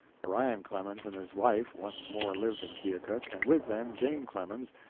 orion clemens and his wife once more lived in keokuk, and with them jane clemens,